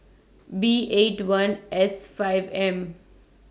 B eight one S five M